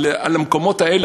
על המקומות האלה.